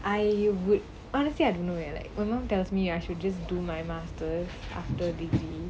I would honestly I don't know leh like my mom tells me I should just do my masters after degree